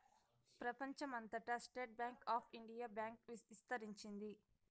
ప్రెపంచం అంతటా state bank of India bank ఇస్తరించింది